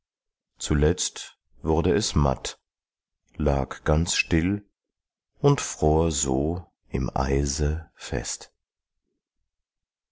zuletzt wurde es matt lag ganz still und fror so im eise fest